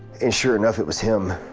and sure enough it was him.